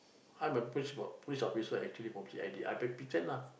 I'm a police po~ police officer actually from C_I_D I pretend lah